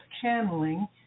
channeling